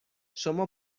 شما